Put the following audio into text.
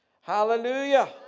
Hallelujah